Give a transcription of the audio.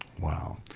Wow